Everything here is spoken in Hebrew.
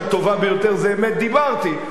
הטובה ביותר זה "אמת דיברתי",